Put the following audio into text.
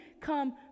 come